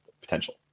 potential